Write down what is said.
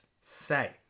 say